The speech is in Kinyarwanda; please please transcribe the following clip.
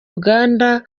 uganda